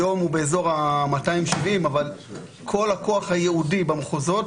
היום זה באזור 270, אבל כל הכוח הייעוד במחוזות